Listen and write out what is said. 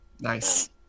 nice